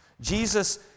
Jesus